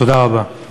תודה רבה.